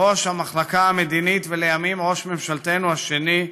ראש המחלקה המדינית ולימים ראש ממשלתנו השני,